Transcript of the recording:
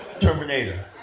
Terminator